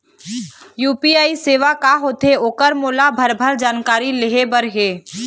UPI सेवा का होथे ओकर मोला भरभर जानकारी लेहे बर हे?